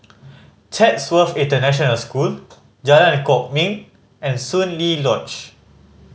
Chatsworth International School Jalan Kwok Min and Soon Lee Lodge